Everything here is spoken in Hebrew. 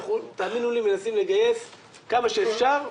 אנחנו, תאמינו לי, מנסים לגייס כמה שאפשר.